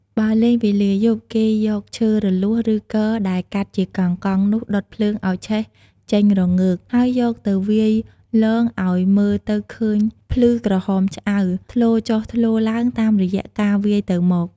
បើលេងវេលាយប់ គេយកឈើរលួស ឬគរដែលកាត់ជាកង់ៗ នោះដុតភ្លើងឲ្យឆេះចេញរងើក ហើយយកទៅវាយលង ឲ្យមើលទៅឃើញភ្លឺក្រហមឆ្អៅ ធ្លោចុះធ្លោឡើងតាមរយៈការវាយទៅមក។